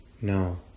No